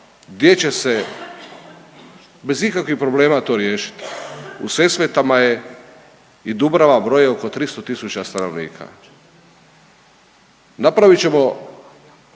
gdje će se bez ikakvih problema to riješiti. U Sesvetama je i Dubrava broji oko 300000 stanovnika. Napravit ćemo